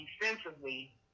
defensively